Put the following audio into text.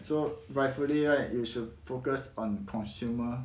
so rightfully right you should focus on consumer